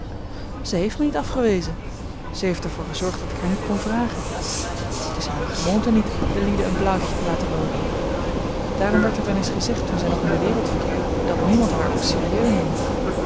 zij heeft mij niet afgewezen zij heeft er voor gezorgd dat ik haar niet kon vragen het is hare gewoonte niet de lieden een blauwtje te laten loopen daarom werd er wel eens gezegd toen zij nog in de wereld verkeerde dat niemand haar au sérieux nam